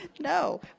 no